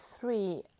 three